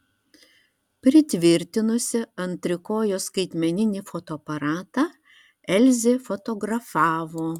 pritvirtinusi ant trikojo skaitmeninį fotoaparatą elzė fotografavo